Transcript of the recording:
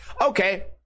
Okay